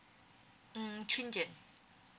mm chindian